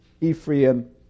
Ephraim